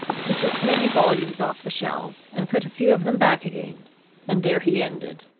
he took many volumes off the shelves and put a few of them back again and there he ended.